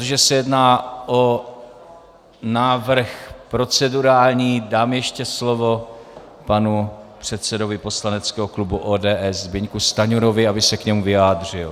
Protože se jedná o návrh procedurální, dám ještě slovo panu předsedovi poslaneckého klubu ODS Zbyňku Stanjurovi, aby se k němu vyjádřil.